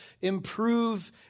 improve